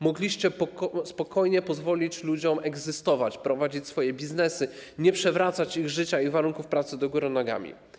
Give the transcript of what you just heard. Mogliście spokojnie pozwolić ludziom egzystować, prowadzić swoje biznesy, nie przewracać ich życia i warunków pracy do góry nogami.